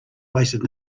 wasted